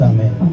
Amen